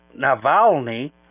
Navalny